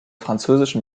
französischen